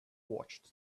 watched